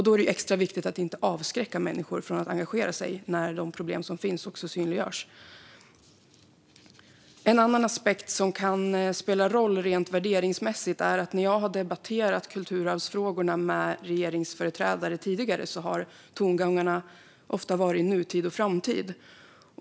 Då är det extra viktigt att inte avskräcka människor från att engagera sig när de problem som finns också synliggörs. En annan aspekt som kan spela en roll rent värderingsmässigt är att när jag har debatterat kulturarvsfrågorna med regeringsföreträdare tidigare har tongångarna ofta varit nutid och framtid.